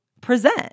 present